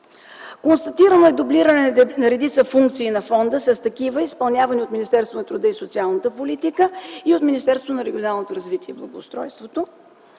Констатирано е дублиране на редица функции на фонда с такива, изпълнявани от Министерството на труда и социалната политика и от Министерството на регионалното развитие и благоустройството.